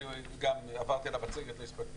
עברתי גם על המצגת היפה עם הנתונים,